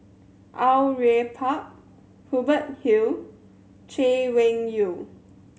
Au Yue Pak Hubert Hill Chay Weng Yew